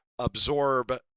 absorb